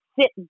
sit